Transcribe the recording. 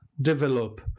develop